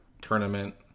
tournament